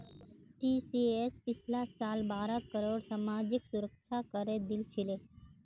TCS पिछला साल बारह करोड़ सामाजिक सुरक्षा करे दिल छिले